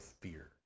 fear